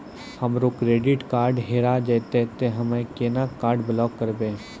हमरो credit card हेरा जेतै ते हम्मय केना कार्ड ब्लॉक करबै?